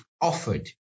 offered